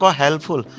helpful